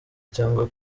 cyangwa